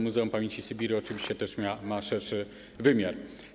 Muzeum Pamięci Sybiru oczywiście też ma szerszy wymiar.